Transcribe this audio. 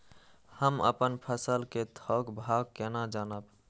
हम अपन फसल कै थौक भाव केना जानब?